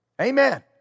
amen